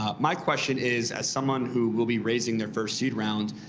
ah my question is, as someone who will be raising their first seed round,